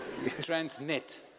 Transnet